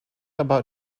about